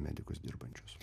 medikus dirbančius